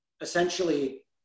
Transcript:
essentially